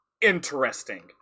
interesting